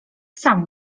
sam